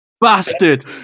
Bastard